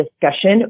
discussion